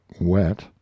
wet